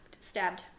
Stabbed